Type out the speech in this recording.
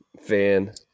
fan